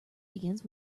begins